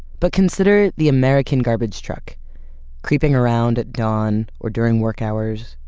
but consider the american garbage truck creeping around at dawn or during work hours,